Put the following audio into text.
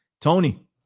Tony